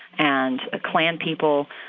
and ah klan people,